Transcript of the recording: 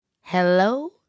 Hello